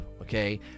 Okay